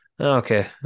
Okay